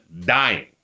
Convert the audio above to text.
dying